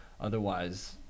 otherwise